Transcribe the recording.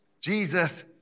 Jesus